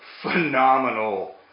phenomenal